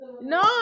No